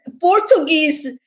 Portuguese